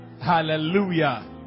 Hallelujah